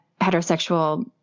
heterosexual